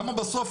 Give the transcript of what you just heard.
כמה בסוף,